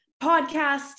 podcast